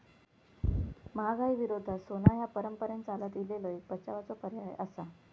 महागाई विरोधात सोना ह्या परंपरेन चालत इलेलो एक बचावाचो पर्याय आसा